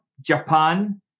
Japan